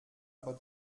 aber